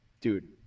Dude